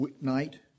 night